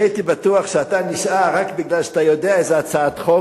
אני הייתי בטוח שאתה נשאר רק מפני שאתה יודע איזו הצעת חוק,